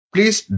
Please